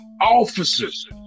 officers